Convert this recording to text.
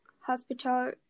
hospital